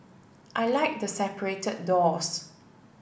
I like the separated doors